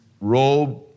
robe